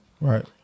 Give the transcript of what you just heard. Right